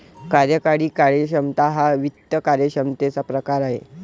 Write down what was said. कार्यकारी कार्यक्षमता हा वित्त कार्यक्षमतेचा प्रकार आहे